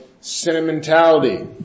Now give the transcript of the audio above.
sentimentality